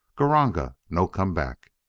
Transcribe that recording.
gr-r-ranga no come back!